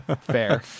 fair